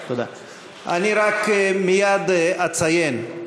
אני רק מייד אציין.